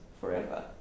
forever